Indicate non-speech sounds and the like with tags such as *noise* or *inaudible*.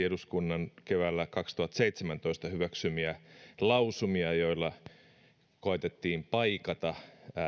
*unintelligible* eduskunnan keväällä kaksituhattaseitsemäntoista yksimielisesti hyväksymiä lausumia joilla koetettiin paikata